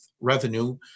revenue